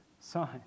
sign